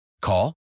Call